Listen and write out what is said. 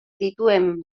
dituen